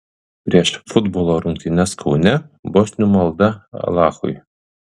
prieš futbolo rungtynes kaune bosnių malda alachui